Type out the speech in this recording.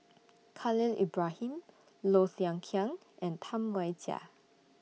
Khalil Ibrahim Low Thia Khiang and Tam Wai Jia